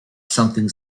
something